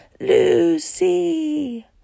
Lucy